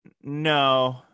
No